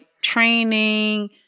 training